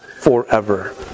forever